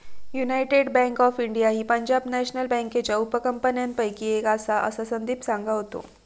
United bank of India ही Punjab national बँकेच्या उपकंपन्यांपैकी एक आसा, असा संदीप सांगा होतो